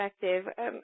perspective